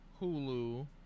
Hulu